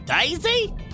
Daisy